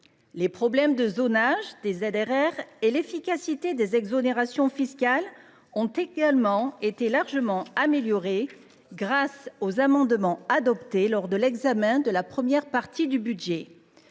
de communes. Le zonage des ZRR et l’efficacité des exonérations fiscales ont également été largement améliorés grâce aux amendements adoptés lors de l’examen de la première partie du budget.